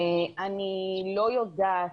אני לא יודעת,